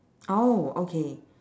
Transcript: oh okay